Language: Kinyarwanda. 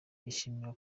yishimira